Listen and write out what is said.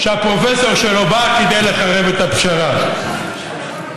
שהפרופסור שלו בא כדי לחרב את הפשרה הזאת.